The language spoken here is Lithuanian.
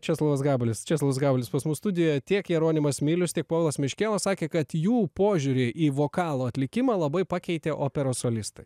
česlovas gabalis česlovas gabalis pas mus studijoje tiek jeronimas milius tik povilas meškėla sakė kad jų požiūrį į vokalo atlikimą labai pakeitė operos solistai